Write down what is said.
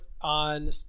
on